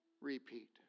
repeat